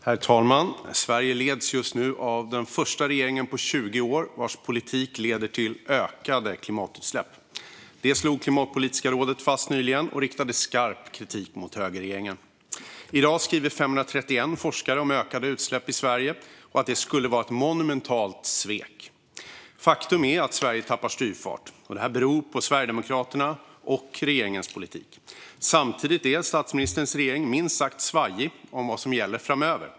Herr talman! Sverige leds just nu av den första regeringen på 20 år vars politik leder till ökade klimatutsläpp. Detta slog Klimatpolitiska rådet fast nyligen och riktade skarp kritik mot högerregeringen. I dag skriver 531 forskare om ökade utsläpp i Sverige och att det skulle vara ett monumentalt svek. Faktum är att Sverige tappar styrfart, och detta beror på Sverigedemokraterna och regeringens politik. Samtidigt är statsministerns regering minst sagt svajig om vad som gäller framöver.